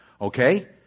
Okay